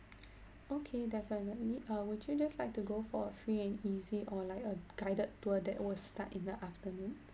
okay definite err would you just like to go for a free and easy or like a guided tour that will start in the afternoon